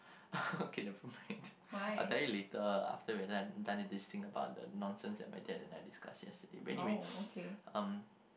okay no I'll tell you later after we're done done with this thing about the nonsense that my dad and I discussed yesterday but anyway um